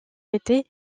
était